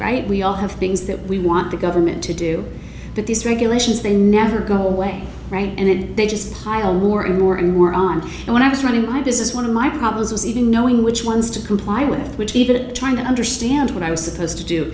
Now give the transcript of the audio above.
right we all have things that we want the government to do but these regulations they never go away and then they just pile more and more and more on and when i was running my business one of my problems was even knowing which ones to comply with which even trying to understand what i was supposed to do